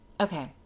okay